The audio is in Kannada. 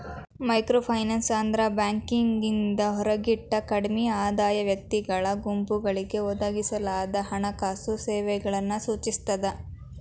ಮೈಕ್ರೋಫೈನಾನ್ಸ್ ಅಂದ್ರ ಬ್ಯಾಂಕಿಂದ ಹೊರಗಿಟ್ಟ ಕಡ್ಮಿ ಆದಾಯದ ವ್ಯಕ್ತಿಗಳ ಗುಂಪುಗಳಿಗೆ ಒದಗಿಸಲಾದ ಹಣಕಾಸು ಸೇವೆಗಳನ್ನ ಸೂಚಿಸ್ತದ